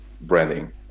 branding